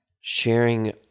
sharing